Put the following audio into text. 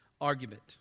argument